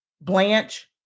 Blanche